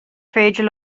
féidir